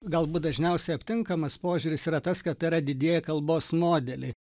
galbūt dažniausiai aptinkamas požiūris yra tas kad tai yra didieji kalbos modeliai